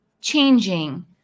changing